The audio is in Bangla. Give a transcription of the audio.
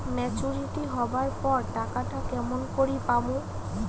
মেচুরিটি হবার পর টাকাটা কেমন করি পামু?